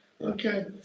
Okay